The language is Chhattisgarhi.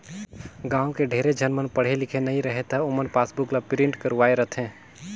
गाँव में ढेरे झन मन पढ़े लिखे नई रहें त ओमन पासबुक ल प्रिंट करवाये रथें